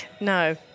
No